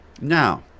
Now